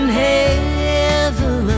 heaven